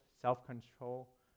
self-control